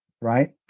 right